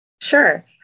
Sure